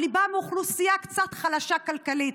אבל היא באה מאוכלוסייה קצת חלשה כלכלית.